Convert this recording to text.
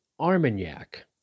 Armagnac